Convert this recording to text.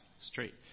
straight